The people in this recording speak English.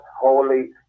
Holy